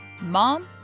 Mom